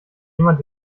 jemand